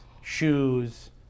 shoes